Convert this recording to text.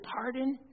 pardon